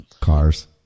Cars